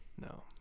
No